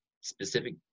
specific